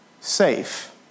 safe